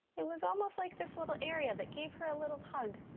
it was almost like this little area that gave her a little hug.